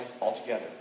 altogether